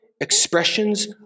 expressions